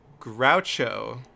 Groucho